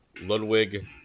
Ludwig